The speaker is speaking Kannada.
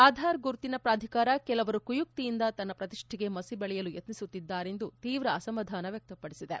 ಆಧಾರ್ ಗುರುತಿನ ಜೀಟಿ ಪ್ರಾಧಿಕಾರ ಕೆಲವರು ಕುಯುಕ್ತಿಯಿಂದ ತನ್ನ ಪ್ರತಿಷ್ಟೆಗೆ ಮಸಿ ಬಳಿಯಲು ಯತ್ನಿಸುತ್ತಿದ್ದಾರೆಂದು ತೀವ್ರ ಅಸಮಾಧಾನ ವ್ಯಕ್ತಪಡಿಸಿದೆ